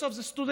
בסוף זה סטודנט,